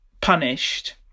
punished